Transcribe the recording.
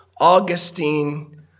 Augustine